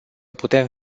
putem